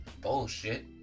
bullshit